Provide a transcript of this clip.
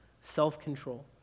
self-control